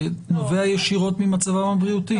זה נובע ישירות ממצבם הבריאותי.